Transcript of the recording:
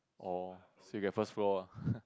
orh so you get first floor ah